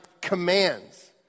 commands